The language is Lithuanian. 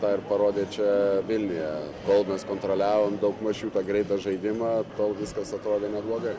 tą ir parodė čia vilniuje kol mes kontroliavom daug maž jų tą greitą žaidimą tol viskas atrodė neblogai